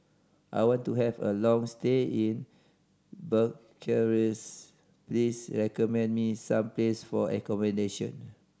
I want to have a long stay in Bucharest please recommend me some place for accommodation